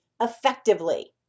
effectively